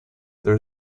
there